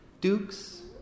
dukes